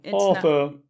Arthur